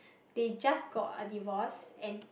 they just got a divorce and